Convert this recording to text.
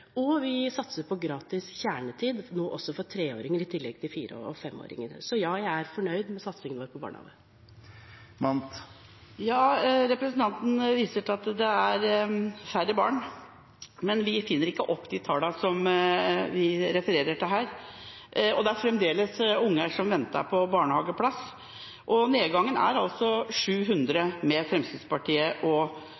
og vi satser på gratis kjernetid nå også for treåringer i tillegg til fire- og femåringer. Så ja, jeg er fornøyd med satsingen vår på barnehage. Representanten viser til at det er færre barn, men vi finner ikke opp tallene vi refererer til her. Det er fremdeles unger som venter på barnehageplass, og nedgangen er altså 700 med Fremskrittspartiet og